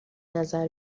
نظر